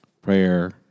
prayer